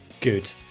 Good